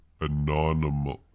Anonymous